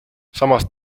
samas